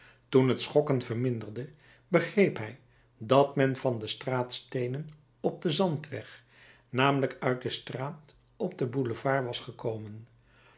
toen het schokken verminderde begreep hij dat men van de straatsteenen op den zandweg namelijk uit de straat op den boulevard was gekomen